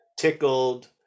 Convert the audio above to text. tickled